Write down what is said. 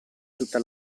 tutta